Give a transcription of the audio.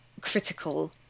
critical